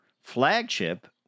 flagship